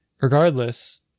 Regardless